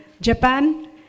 Japan